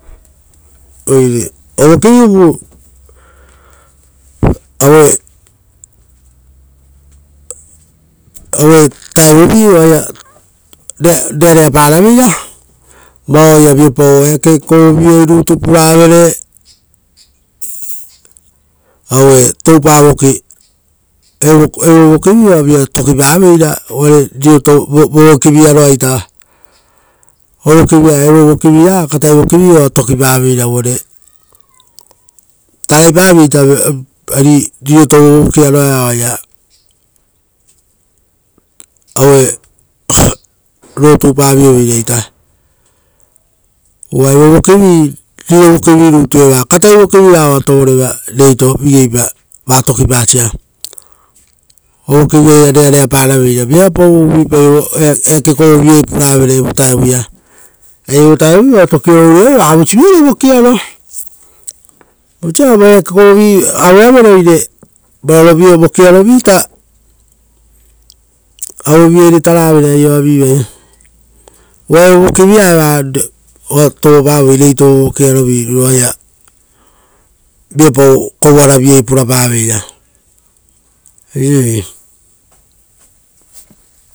Oire ovokivivu aoia reareaparaveira vao oaia viapau eakovovivai rut u puravere, aue toupavoki, evo vokivi oa tokipaveira uvare riroto vovokiviaroaita, evovokivi katai voki oa tokipaveira, uvare taraipavieita oisio riroto vovokiviaroita, evovokivi katai vokivi oa. Tokipaveira, uvare taraipavieita oisio riroto vovokiaro oaia variripavioveira. Uva evo vokivi riro vokivi rutu eva, katai voki vi raga eva oa tovoreva reito vigeipa va tokipasia ovokiviaia reareaparaveira. Viapau uvuipai eake kovo vivai puravere evo vitaia, evo vutaia va tokioro avaravere vavoisioviore vokiaro, vosavu eake kovovi aveavere ra vorarovio vokiaro avevivaire taravere aioavivai. Uva evo vokivia eva oa iava reoreorai oaia viapau kovoara. Vivai purapa veira.